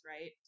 Right